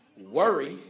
Worry